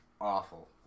awful